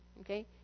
okay